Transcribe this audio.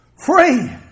Free